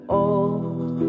old